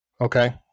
Okay